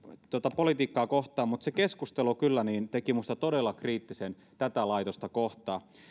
politiikkaa kohtaan mutta se keskustelu kyllä teki minusta todella kriittisen tätä laitosta kohtaan